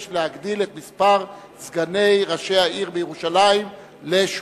להגדיל את מספר סגני ראשי העיר בירושלים לשמונה.